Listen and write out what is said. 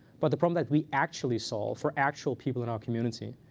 but the problem that we actually solve for actual people in our community.